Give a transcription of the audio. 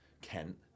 Kent